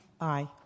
Aye